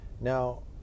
Now